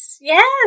Yes